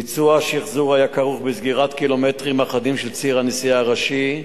ביצוע השחזור היה כרוך בסגירת קילומטרים אחדים של ציר נסיעה ראשי,